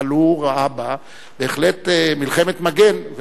אבל הוא ראה בה בהחלט מלחמת מגן,